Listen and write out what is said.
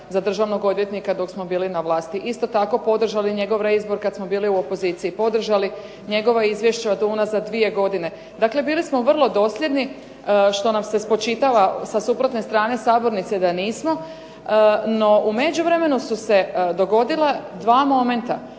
za državnog odvjetnika dok smo bili na vlasti, isto tako podržali njegov reizbor kad smo bili u opoziciji, podržali njegova izvješća od unazad dvije godine. Dakle, bili smo vrlo dosljedni što nam se spočitava sa suprotne strane sabornice da nismo, no u međuvremenu su se dogodila dva momenta.